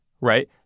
right